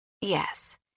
Yes